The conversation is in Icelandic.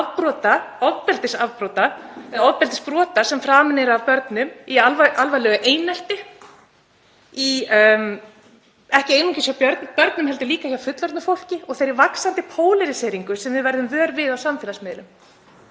afbrota, ofbeldisbrota sem framin eru af börnum, í alvarlegu einelti, ekki einungis hjá börnum heldur líka hjá fullorðnu fólki og þeirri vaxandi pólaríseringu sem við verðum vör við á samfélagsmiðlum.